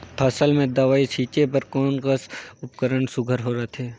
फसल म दव ई छीचे बर कोन कस उपकरण सुघ्घर रथे?